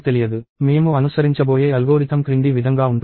మేము అనుసరించబోయే అల్గోరిథం క్రింది విధంగా ఉంటుంది